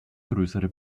größere